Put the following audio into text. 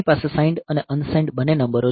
આપણી પાસે સાઇન્ડ અને અનસાઇન્ડ બંને નંબરો છે